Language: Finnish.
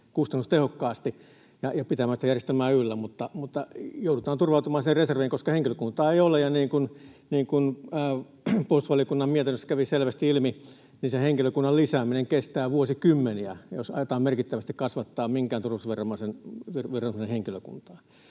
kustannustehokkaasti ja pitämään sitä järjestelmää yllä. Joudutaan turvautumaan siihen reserviin, koska henkilökuntaa ei ole, ja niin kuin puolustusvaliokunnan mietinnöstä kävi selvästi ilmi, henkilökunnan lisääminen kestää vuosikymmeniä, jos aiotaan merkittävästi kasvattaa minkään turvallisuusviranomaisen henkilökuntaa.